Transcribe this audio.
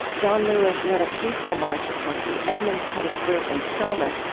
john lewis led a peaceful march across the edmund pettus bridge in selma,